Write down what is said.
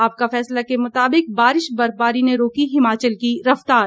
आपका फैसला के मुताबिक बारिश बर्फबारी ने रोकी हिमाचल की रफतार